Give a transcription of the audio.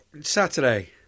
Saturday